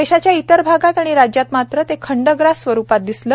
देशाच्या इतर भागात आणि राज्यात मात्र ते खंडग्रास स्वरुपात दिसलं